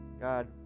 God